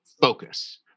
focus